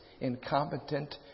incompetent